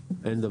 אין דבר כזה.